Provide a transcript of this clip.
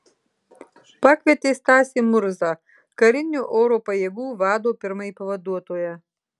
pakvietė stasį murzą karinių oro pajėgų vado pirmąjį pavaduotoją